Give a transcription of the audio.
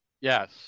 Yes